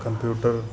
computer